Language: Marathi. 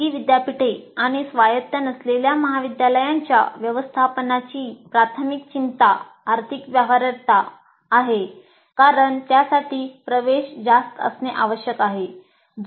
खासगी विद्यापीठे आणि स्वायत्त नसलेल्या महाविद्यालयांच्या व्यवस्थापनांची प्राथमिक चिंता आर्थिक व्यवहार्यता आहे कारण त्यासाठी प्रवेश जास्त असणे आवश्यक आहे